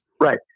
Right